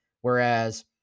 Whereas